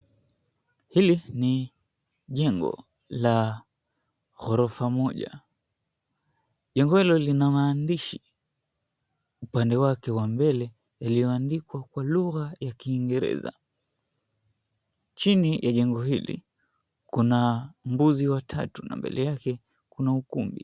Hili ni jengo la ghorofa moja. Jengo hilo lina maandishi upande wake wa mbele yaliyoandikwa kwa lugha ya kiingereza. Chini ya jengo hili kuna mbuzi watatu na mbele yake kuna ukumbi.